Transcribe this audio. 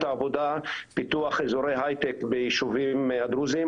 העבודה פיתוח אזורי הייטק ביישובים הדרוזיים,